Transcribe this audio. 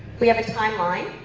we have a timeline.